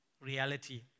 reality